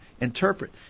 interpret